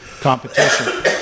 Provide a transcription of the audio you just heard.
competition